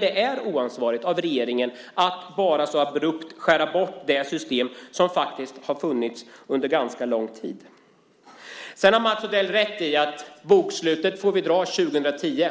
är oansvarigt av regeringen att så abrupt skära bort det system som faktiskt funnits under ganska lång tid. Sedan har Mats Odell rätt i att vi får göra bokslut 2010.